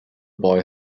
boy